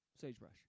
Sagebrush